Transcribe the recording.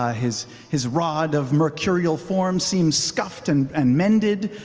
ah his his rod of mercurial form seems scuffed and and mended.